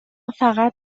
فقط